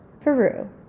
Peru